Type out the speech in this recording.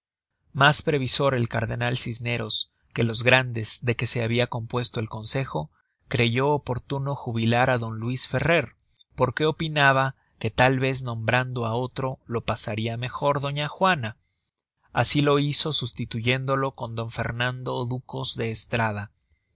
mas previsor el cardenal cisneros que los grandes de que se habia compuesto el consejo creyó oportuno jubilar á d luis ferrer porque opinaba que tal vez nombrando á otro lo pasaria mejor doña juana asi lo hizo sustituyéndolo con don fernando ducos de estrada